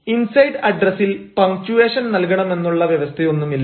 inside അഡ്രസ്സിൽ punctuation നൽകണമെന്നുള്ള വ്യവസ്ഥയൊന്നുമില്ല